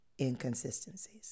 Inconsistencies